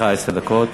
עשר דקות.